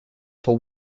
for